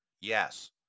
yes